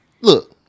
Look